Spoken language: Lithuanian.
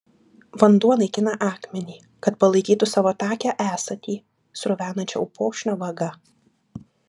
vanduo naikina akmenį kad palaikytų savo takią esatį sruvenančią upokšnio vaga